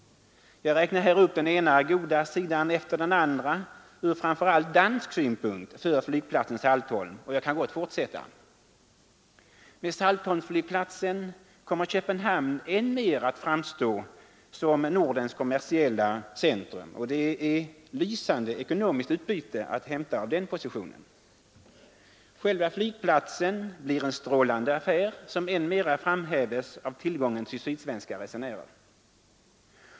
Jag räknar här upp den ena goda sidan efter den andra ur framför allt dansk synpunkt för flygplatsen Saltholm, och jag kan gott fortsätta: Med Saltholmsflygplatsen kommer Köpenhamn än mer att framstå som Nordens kommersiella centrum, och det är lysande ekonomiskt utbyte att hämta av den positionen. Själva flygplatsen blir en strålande affär som än mera framhäves av tillgången till sydsvenska resenärer.